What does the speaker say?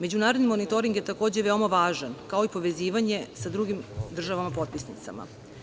Međunarodni monitoring je takođe veoma važan, kao i povezivanje sa drugim državama potpisnicama.